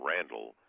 Randall